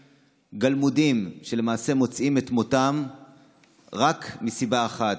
גלמודים שלמעשה מוצאים את מותם רק מסיבה אחת,